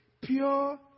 pure